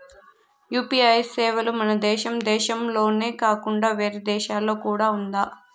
UPI సేవలు మన దేశం దేశంలోనే కాకుండా వేరే దేశాల్లో కూడా ఉందా?